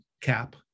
cap